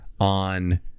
on